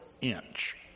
inch